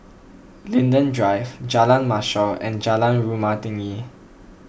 Linden Drive Jalan Mashhor and Jalan Rumah Tinggi